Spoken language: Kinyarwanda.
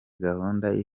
gahunda